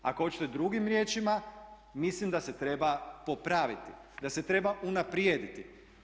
Ako hoćete drugim riječima mislim da se treba popraviti, da se treba unaprijediti.